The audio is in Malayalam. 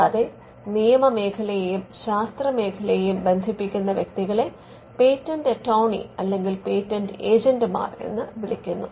കൂടാതെ നിയമമേഖലയെയും ശാസ്ത്രമേഖലയെയും ബന്ധിപ്പിക്കുന്ന വ്യക്തികളെ പേറ്റൻറ് അറ്റോർണി അല്ലെങ്കിൽ പേറ്റൻറ് ഏജന്റുമാർ എന്ന് വിളിക്കുന്നു